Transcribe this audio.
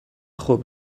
خوب